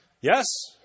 Yes